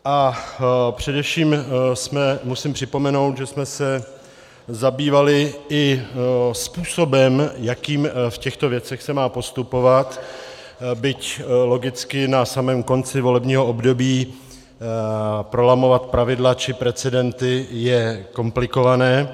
A především musím připomenout, že jsme se zabývali i způsobem, jakým v těchto věcech se má postupovat, byť logicky na samém konci volebního období prolamovat pravidla či precedenty je komplikované.